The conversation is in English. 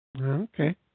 Okay